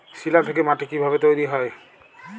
শিলা থেকে মাটি কিভাবে তৈরী হয়?